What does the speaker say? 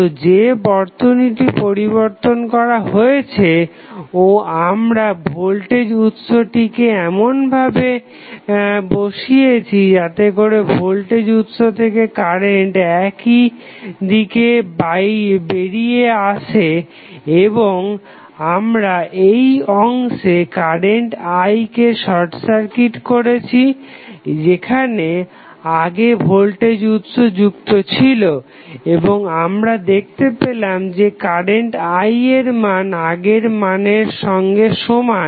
তো যে বর্তনীটি পরিবর্তন করা হয়েছে ও আমরা ভোল্টেজ উৎসটিকে এমনভাবে বসিয়েছি যাতেকরে ভোল্টেজ উৎস থেকে কারেন্ট একই দিকে বাইরে বেরিয়ে আসে এবং আমরা এই অংশে কারেন্ট I কে শর্ট সার্কিট করেছি যেখানে আগে ভোল্টেজ উৎস যুক্ত ছিল এবং আমরা দেখতে পেলাম যে কারেন্ট I এর মান আগের মানের সঙ্গে সমান